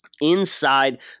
inside